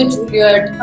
Juliet